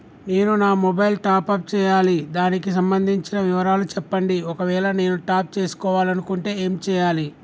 నేను నా mobile top up చేయాలి దానికి సంబంధించిన వివరాలు చెప్పండి ఒకవేళ నేను టాప్ చేసుకోవాలనుకుంటే ఏం చేయాలి?